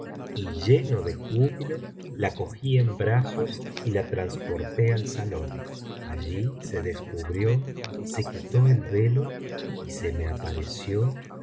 y lleno de júbilo la cogí en brazos y la transporté al salón allí se descubrió se quitó el velo y se me apareció en